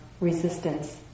resistance